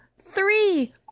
Three